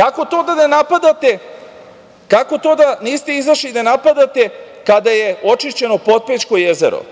Kako to da ne napadate, kako to da niste izašli da je napadate kada je očišćeno Potpećko jezero?